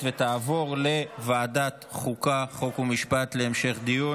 לוועדת החוקה, חוק ומשפט נתקבלה.